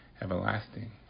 everlasting